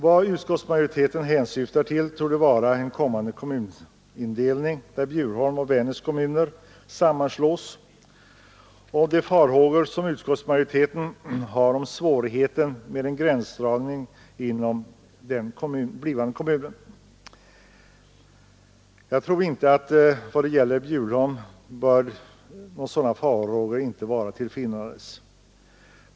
Vad utskottsmajoriteten hänsyftar till torde vara en blivande kommunindelning, där Bjurholms och Vännäs kommuner sammanslås. De farhågor som utskottsmajoriteten hyser om svårigheten med en gränsdragning inom den kommunen torde vad det gäller Bjurholm inte vara motiverade.